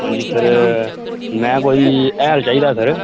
आं जी सर में कोई हैल चाहिदा सर